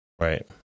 Right